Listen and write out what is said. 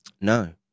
No